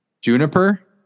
Juniper